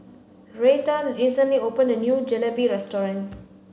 Retha recently opened a new Jalebi restaurant